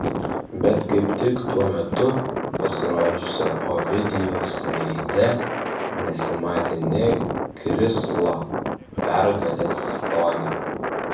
bet kaip tik tuo metu pasirodžiusio ovidijaus veide nesimatė nė krislo pergalės skonio